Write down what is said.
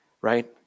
right